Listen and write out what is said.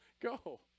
go